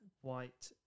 White